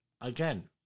Again